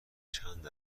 چند